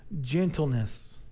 gentleness